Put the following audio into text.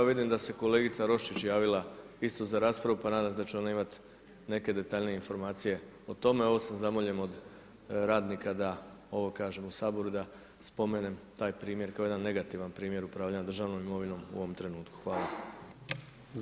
Vidim da se kolegica Roščić javila isto za raspravu, pa nadam se da će ona imati neke detaljnije informacije o tome, ovo sam zamoljen od radnika da ovo kažem u Saboru, da spomenem taj primjer kao jedan negativan primjer upravljanja državnom imovinom u ovom trenutku.